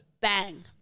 Bang